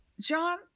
John